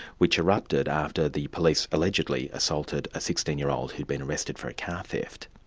which erupted after the police allegedly assaulted a sixteen year old who'd been arrested for a car theft.